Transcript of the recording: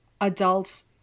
adults